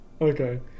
Okay